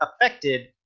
affected